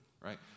right